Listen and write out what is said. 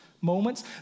moments